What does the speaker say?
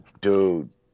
Dude